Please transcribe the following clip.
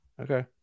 Okay